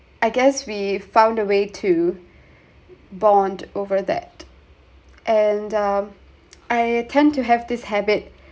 I guess we've found a way to bond over that and um I tend to have this habit